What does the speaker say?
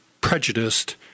prejudiced